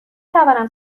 توانم